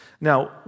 Now